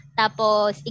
tapos